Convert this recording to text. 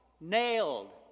nailed